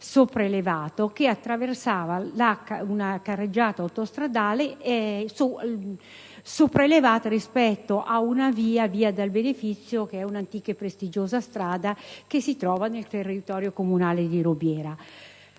sopraelevato che attraversava una carreggiata autostradale lungo via del Benefizio, un'antica e prestigiosa strada che si trova nel territorio comunale di Rubiera.